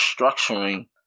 structuring